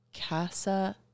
Casa